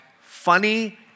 funny